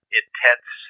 intense